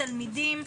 תלמידים,